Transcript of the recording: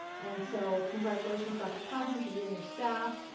and so, congratulations dr. calhoun, to you and your staff.